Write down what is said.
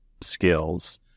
skills